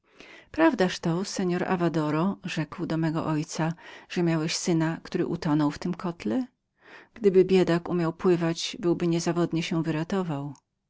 prawdaż to seor avadoro rzekł do mego ojca że miałeś syna który utonął w tym kotle gdyby biedak był umiał pływać byłby niezawodnie się wyratował